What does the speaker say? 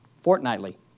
fortnightly